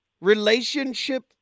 relationship